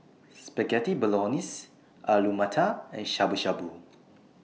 Spaghetti Bolognese Alu Matar and Shabu Shabu